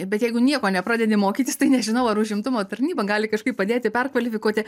bet jeigu nieko nepradedi mokytis tai nežinau ar užimtumo tarnyba gali kažkaip padėti perkvalifikuoti